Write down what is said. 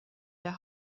der